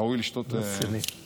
ראוי לשתות לכבודו.